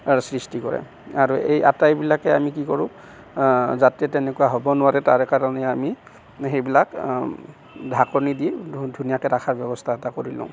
R সৃষ্টি কৰে আৰু এই আটাইবিলাকে আমি কি কৰোঁ যাতে তেনেকুৱা হ'ব নোৱাৰে তাৰ কাৰণে আমি সেইবিলাক ঢাকনি দি ধুনীয়াকৈ ৰখাৰ ব্যৱস্থা এটা কৰি লওঁ